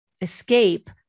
escape